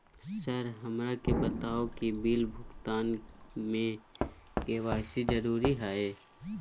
Sir हमरा के बताओ कि बिल भुगतान में के.वाई.सी जरूरी हाई?